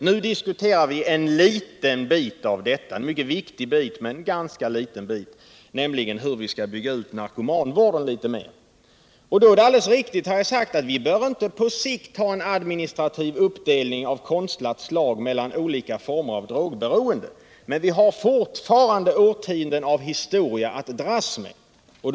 Nu diskuterar vi en mycket viktig, men ganska liten bit av samhällsproblemen, nämligen hur vi skall bygga ut narkomanvården. Det är, som jag tidigare sagt, riktigt att vi inte på sikt behöver ha en administrativ uppdelning av konstlat slag mellan olika former av drogberoende. Vi har dock fortfarande årtionden av historia att dras med.